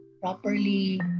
properly